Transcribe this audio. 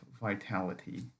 vitality